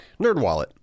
NerdWallet